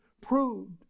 proved